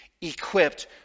equipped